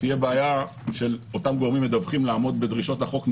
תהיה בעיה של אותם גורמים מדווחים לעמוד בדרישות החוק מהם,